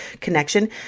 connection